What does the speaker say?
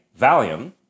Valium